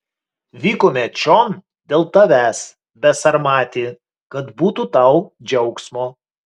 vykome čion dėl tavęs besarmati kad būtų tau džiaugsmo